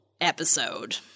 episode